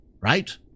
right